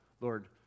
Lord